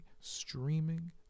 streaming